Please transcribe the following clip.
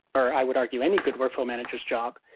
or i would argue, any good workflow manager's job,